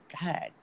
God